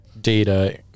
Data